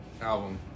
album